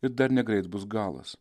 ir dar negreit bus galas